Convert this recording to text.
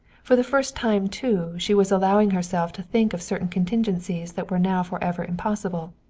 for the first time, too, she was allowing herself to think of certain contingencies that were now forever impossible.